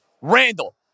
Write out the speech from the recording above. Randall